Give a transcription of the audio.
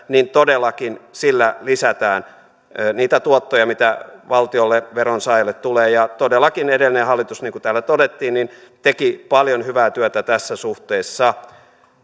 niin todellakin sillä lisätään niitä tuottoja mitä valtiolle veronsaajalle tulee todellakin edellinen hallitus niin kuin täällä todettiin teki paljon hyvää työtä tässä suhteessa